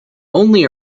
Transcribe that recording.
only